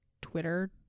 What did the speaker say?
Twitter